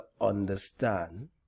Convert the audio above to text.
understand